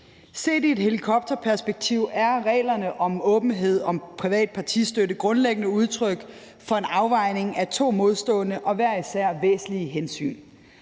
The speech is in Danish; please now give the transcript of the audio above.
Set i et helikopterperspektiv er reglerne om åbenhed om privat partistøtte grundlæggende et udtryk for en afvejning af to modstående og hver især væsentlige hensyn.